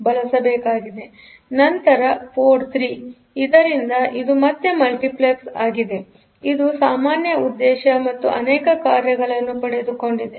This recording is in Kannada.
ನಂತರ ಪೋರ್ಟ್ 3ಆದ್ದರಿಂದ ಇದು ಮತ್ತೆ ಮಲ್ಟಿಪ್ಲೆಕ್ಸ್ ಆಗಿದೆಆದ್ದರಿಂದ ಇದು ಸಾಮಾನ್ಯ ಉದ್ದೇಶ ಐಒ ಮತ್ತು ಅನೇಕ ಕಾರ್ಯಗಳನ್ನು ಪಡೆದುಕೊಂಡಿದೆ